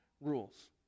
rules